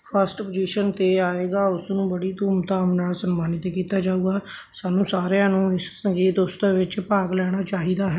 first position 'ਤੇ ਆਵੇਗਾ ਉਸਨੂੰ ਬੜੀ ਧੂਮ ਧਾਮ ਨਾਲ ਸਨਮਾਨਿਤ ਕੀਤਾ ਜਾਵੇਗਾ ਸਾਨੂੰ ਸਾਰਿਆਂ ਨੂੰ ਸੰਗੀਤ ਉਤਸਵ ਵਿੱਚ ਭਾਗ ਲੈਣਾ ਚਾਹੀਦਾ